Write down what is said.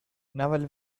naval